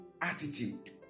attitude